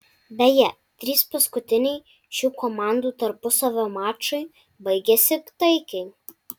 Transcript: beje trys paskutiniai šių komandų tarpusavio mačai baigėsi taikiai